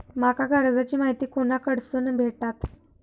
माका कर्जाची माहिती कोणाकडसून भेटात?